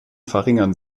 verringern